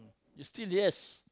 you still yes